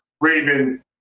Raven